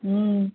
ह्म्म